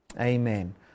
Amen